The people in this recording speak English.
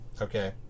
okay